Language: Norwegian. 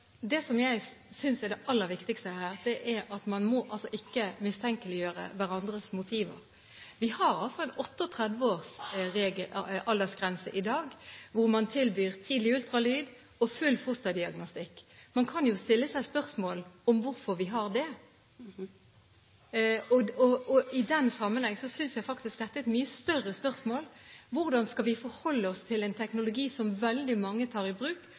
Det jeg synes er det aller viktigste her, er at man ikke må mistenkeliggjøre hverandres motiver. Vi har en 38 års aldersgrense i dag for når man tilbyr tidlig ultralyd og full fosterdiagnostikk. Man kan jo stille seg spørsmål om hvorfor vi har det. I den sammenheng synes jeg faktisk dette er et mye større spørsmål: Hvordan skal vi forholde oss til en teknologi som veldig mange tar i bruk,